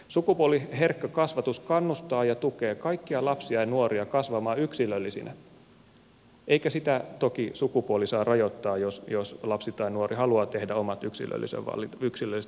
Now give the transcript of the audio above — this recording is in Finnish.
sukupuoliherkkä kasvatus kannustaa ja tukee kaikkia lapsia ja nuoria kasvamaan yksilöllisinä eikä sitä toki sukupuoli saa rajoittaa jos lapsi tai nuori haluaa tehdä omat yksilölliset valintansa